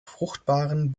fruchtbaren